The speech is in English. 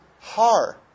har